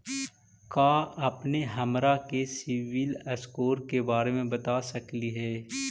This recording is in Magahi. का अपने हमरा के सिबिल स्कोर के बारे मे बता सकली हे?